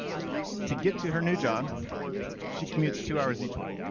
to get to her new job she commutes two hours each way.